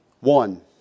One